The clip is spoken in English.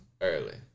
early